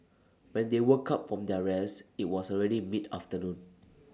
when they woke up from their rest IT was already mid afternoon